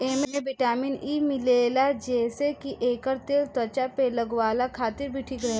एमे vitamin E मिलेला जेसे की एकर तेल त्वचा पे लगवला खातिर भी ठीक रहेला